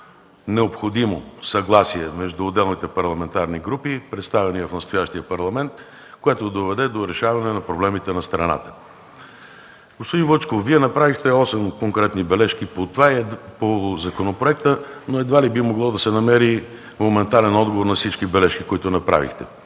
необходимо съгласие между отделните парламентарни групи, представени в настоящия Парламент, което да доведе до решаване на проблемите на страната. Господин Вучков, Вие направихте осем конкретни бележки по законопроекта, но едва ли би могъл да се намери моментален отговор на всички бележки, които направихте.